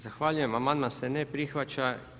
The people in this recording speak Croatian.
Zahvaljujem, amandman se ne prihvaća.